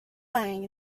lying